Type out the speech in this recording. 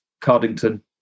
Cardington